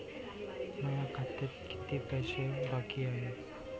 माया खात्यात कितीक पैसे बाकी हाय?